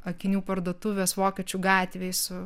akinių parduotuvės vokiečių gatvėj su